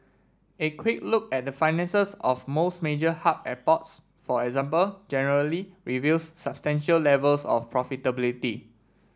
a quick look at the finances of most major hub airports for example generally reveals substantial levels of profitability